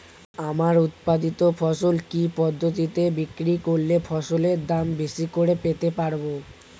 আমার উৎপাদিত ফসল কি পদ্ধতিতে বিক্রি করলে ফসলের দাম বেশি করে পেতে পারবো?